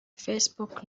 facebook